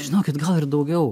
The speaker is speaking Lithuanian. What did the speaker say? žinokit gal ir daugiau